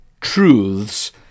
truths